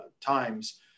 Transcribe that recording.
times